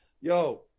Yo